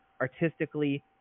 artistically